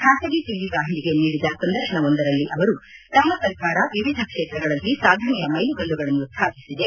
ಖಾಸಗಿ ಟಿವಿ ವಾಹಿನಿಗೆ ನೀಡಿದ ಸಂದರ್ಶನವೊಂದರಲ್ಲಿ ಅವರು ತಮ್ಮ ಸರ್ಕಾರ ವಿವಿಧ ಕ್ಷೇತ್ರಗಳಲ್ಲಿ ಸಾಧನೆಯ ಮೈಲುಗಲ್ಲುಗಳನ್ನು ಸ್ವಾಪಿಸಿದೆ